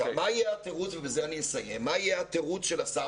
מה יהיה התירוץ של השר?